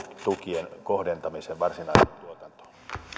tukien kohdentamisen varsinaiseen tuotantoon